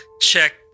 Check